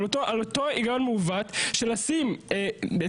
אבל על אותו היגיון מעוות של לשים את